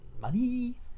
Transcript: money